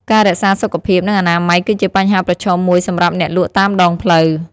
ការរក្សាសុខភាព និងអនាម័យគឺជាបញ្ហាប្រឈមមួយសម្រាប់អ្នកលក់តាមដងផ្លូវ។